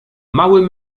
mały